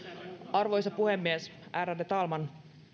arvoisa puhemies ärade talman